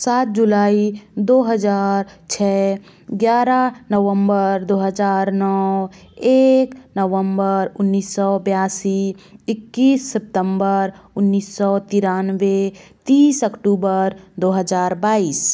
सात जुलाई दो हज़ार छः ग्यारह नवम्बर दो हज़ार नौ एक नवम्बर उन्नीस सौ बयासी इक्कीस सितम्बर उन्नीस सौ तिरानवे तीस अक्टूबर दो हज़ार बाइस